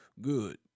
Good